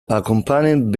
accompanying